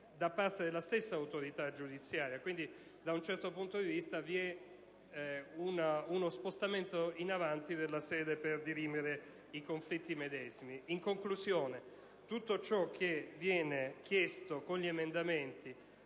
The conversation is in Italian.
da parte della stessa autorità giudiziaria. Quindi, da un certo punto di vista vi è uno spostamento in avanti della sede per dirimere i conflitti medesimi. In conclusione, tutto ciò che viene chiesto con gli emendamenti